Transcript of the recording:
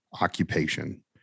occupation